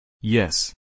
Yes